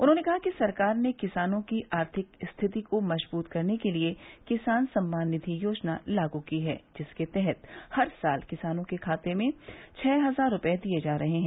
उन्होंने कहा कि सरकार ने किसानों की आर्थिक स्थिति को मजबूत करने के लिये किसान सम्मान निवि योजना लागू की है जिसके तहत हर साल किसानों के खाते में छह हज़ार रूपये दिये जा रहे हैं